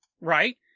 right